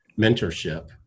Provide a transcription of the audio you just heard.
mentorship